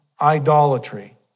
idolatry